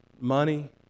money